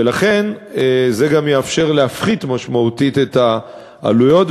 ולכן זה גם יאפשר להפחית משמעותית את העלויות.